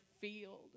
field